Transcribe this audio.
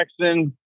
Jackson